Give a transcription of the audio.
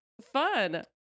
fun